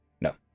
no